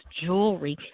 jewelry